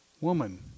Woman